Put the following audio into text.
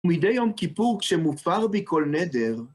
מידי יום כיפור כשמופר בי כל נדר...